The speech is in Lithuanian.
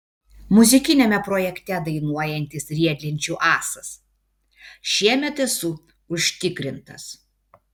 muzikiniame projekte dainuojantis riedlenčių ąsas šiemet esu užtikrintas